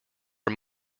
are